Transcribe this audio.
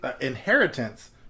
inheritance